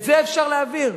את זה אפשר להעביר.